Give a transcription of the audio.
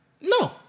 No